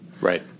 Right